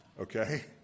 Okay